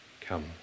Come